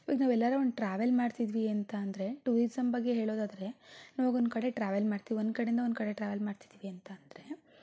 ಇವಾಗ ನಾವು ಎಲ್ಲಾರ ಒಂದು ಟ್ರಾವೆಲ್ ಮಾಡ್ತಿದ್ವಿ ಅಂತ ಅಂದರೆ ಟೂರಿಸಂ ಬಗ್ಗೆ ಹೇಳೋದಾದ್ರೆ ನಾವೀಗ ಒಂದು ಕಡೆ ಟ್ರಾವೆಲ್ ಮಾಡ್ತೀವಿ ಒಂದು ಕಡೆಯಿಂದ ಒಂದು ಕಡೆ ಟ್ರಾವೆಲ್ ಮಾಡ್ತಿದ್ವಿ ಅಂತಂದರೆ